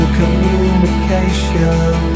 communication